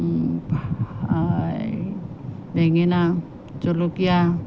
এই বেঙেনা জলকীয়া